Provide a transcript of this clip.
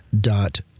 dot